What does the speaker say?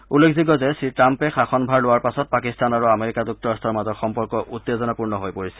উল্লেখযোগ্য যে শ্ৰীটাম্পে শাসনভাৰ লোৱাৰ পাছত পাকিস্তান আৰু আমেৰিকা যুক্তৰাট্টৰ মাজৰ সম্পৰ্ক উত্তেজনাপূৰ্ণ হৈ পৰিছে